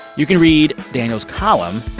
you can read daniel's column,